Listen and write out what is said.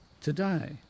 today